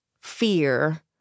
fear